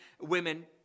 women